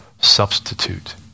substitute